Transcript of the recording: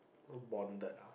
a bonded ah